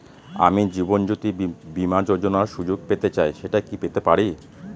আমি জীবনয্যোতি বীমা যোযোনার সুযোগ পেতে চাই সেটা কি পেতে পারি?